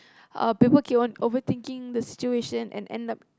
uh people keep on overthinking the situation and end up